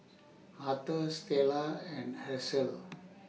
Authur Stella and Hershel